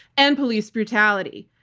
and police brutality.